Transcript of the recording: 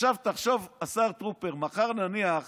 עכשיו תחשוב, השר טרופר, נניח